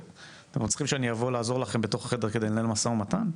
אתם צריכים שאני אבוא לעזור לכם בתוך החדר כדי לנהל משא ומתן?